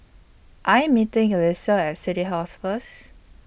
I Am meeting Alysia At City House First